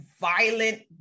Violent